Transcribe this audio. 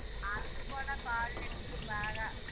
ఆమెకి కూడా కాళ్ళు నెప్పులు బాగా